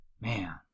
Man